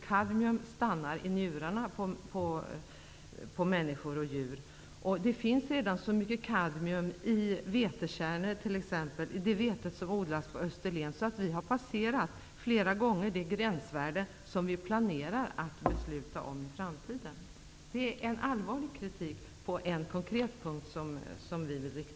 Kadmium stannar i njurarna på människor och djur, och det finns redan så mycket kadmium i vetekärnor, t.ex. det vete som odlas på Österlen, att vi för länge sedan har passerat det gränsvärde som vi planerar att besluta om i framtiden. Detta är en allvarlig kritik som vi vill rikta på en konkret punkt.